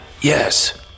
Yes